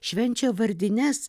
švenčia vardines